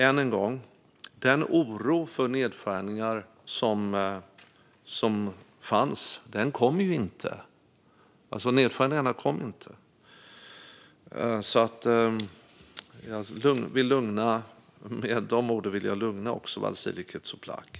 Än en gång: De nedskärningar som det fanns oro för kom ju inte. Med dessa ord vill jag lugna Vasiliki Tsouplaki.